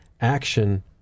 action